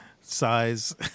size